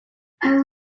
two